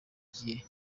gihe